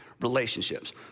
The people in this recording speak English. Relationships